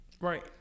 Right